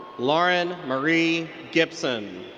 lauren marie gibson.